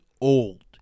old